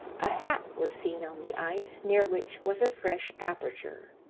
a hat was seen on the ice, near which was a fresh aperture.